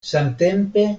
samtempe